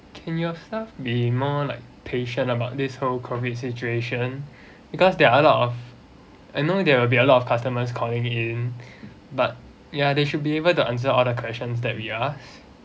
can your staff be more like patient about this whole COVID situation because there are a lot of I know there will be a lot of customers calling in but ya they should be able to answer all the questions that we ask